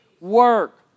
work